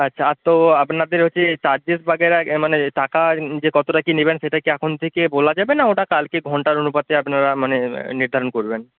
আচ্ছা আর তো আপনাদের হচ্ছে চার্জেস বাগেরা এ মানে টাকা যে কতটা কী নেবেন সেটা কি এখন থেকে বলা যাবে না ওটা কালকে ঘণ্টার অনুপাতে আপনারা মানে নির্ধারণ করবেন